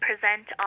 present